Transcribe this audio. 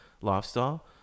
lifestyle